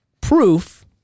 proof